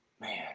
Man